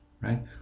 right